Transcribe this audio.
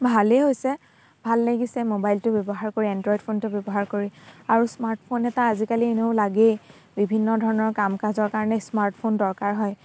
ভালেই হৈছে ভাল লাগিছে মোবাইলটো ব্যৱহাৰ কৰি এণ্ড্ৰইড ফোনটো ব্যৱহাৰ কৰি আৰু স্মাৰ্টফোন এটা আজিকালি এনেও লাগেই বিভিন্ন ধৰণৰ কাম কাজৰ বাবে স্মাৰ্টফোন দৰকাৰ হয়